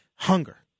hunger